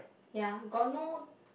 ya got no